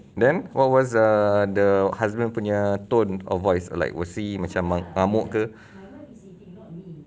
then what was the the husband punya tone of voice like we'll see macam mengamuk ke